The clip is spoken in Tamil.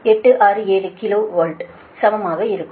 867 கிலோ வோல்ட்க்கு சமமாக இருக்கும்